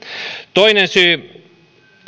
toinen syy